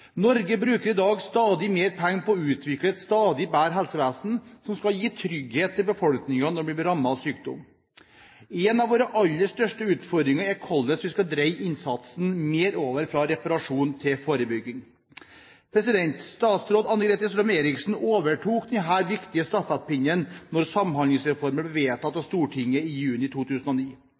Norge bruker i dag stadig mer penger på å utvikle et stadig bedre helsevesen, som skal gi trygghet til befolkningen når man blir rammet av sykdom. En av våre aller største utfordringer er hvordan vi skal dreie innsatsen mer over fra reparasjon til forebygging. Statsråd Anne-Grete Strøm-Erichsen overtok den viktige stafettpinnen da Samhandlingsreformen ble vedtatt av Stortinget i juni 2009.